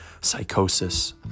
psychosis